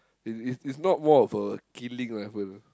it's it's it's not more of a killing rifle